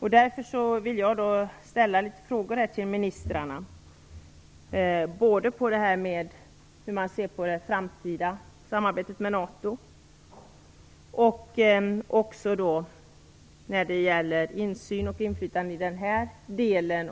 Mot den bakgrunden har jag några frågor till utrikesministern och försvarsministern. Det gäller då synen på det framtida samarbetet med NATO och insynen och inflytandet i den här delen.